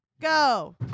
go